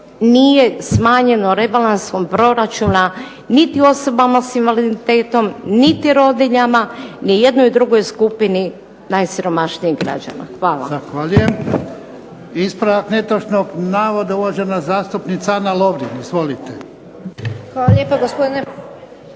nije smanjeno rebalansom proračuna, niti osobama s invaliditetom, niti rodiljama, ni jednoj drugoj skupini najsiromašnijih građana. Hvala.